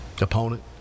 opponent